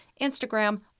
Instagram